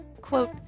quote